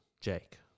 Jake